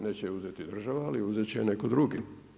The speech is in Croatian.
Neće uzeti država ali uzet će netko drugi.